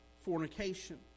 fornication